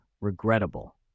regrettable